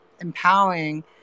empowering